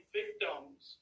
victims